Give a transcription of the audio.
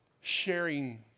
sharing